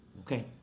okay